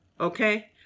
Okay